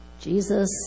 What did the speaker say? Jesus